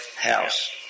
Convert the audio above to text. house